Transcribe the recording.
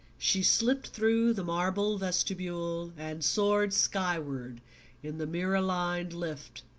she slipped through the marble vestibule and soared skyward in the mirror-lined lift,